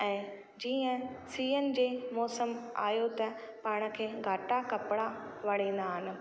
ऐं जीअं सीउ जे मौसमु आयो त पाण खे घाटा कपिड़ा वणींदा आहिनि